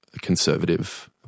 conservative